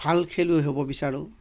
ভাল খেলুৱৈ হ'ব বিছাৰোঁ